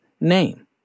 Name